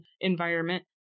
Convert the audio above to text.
environment